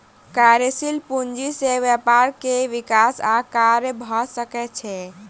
कार्यशील पूंजी से व्यापार के विकास आ कार्य भ सकै छै